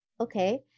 Okay